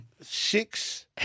six